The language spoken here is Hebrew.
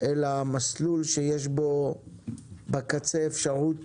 אלא מסלול שיש בו בקצה אפשרות